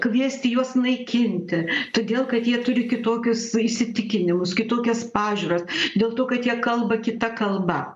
kviesti juos naikinti todėl kad jie turi kitokius įsitikinimus kitokias pažiūras dėl to kad jie kalba kita kalba